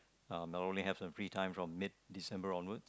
um I only have free time from mid December onwards